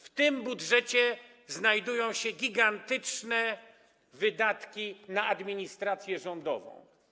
W tym budżecie znajdują się gigantyczne wydatki na administrację rządową.